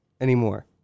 anymore